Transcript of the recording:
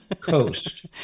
Coast